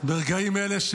ברגעים אלו,